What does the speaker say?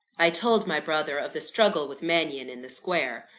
i told my brother of the struggle with mannion in the square.